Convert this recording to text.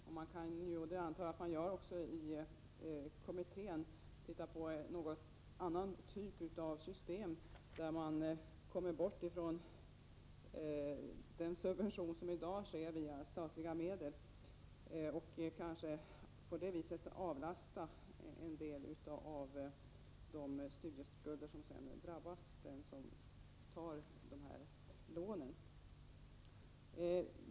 Jag antar att kommittén försöker finna något annat system, där man kommer bort från den subvention som i dag sker via statliga medel, för att avlasta en del av de studieskulder som drabbar dem som tar de här lånen.